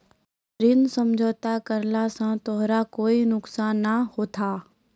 ऋण समझौता करला स तोराह कोय नुकसान नाय होथा